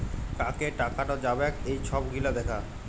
কাকে টাকাট যাবেক এই ছব গিলা দ্যাখা